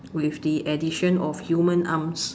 with the addition of human arms